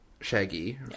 Shaggy